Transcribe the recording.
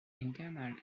internal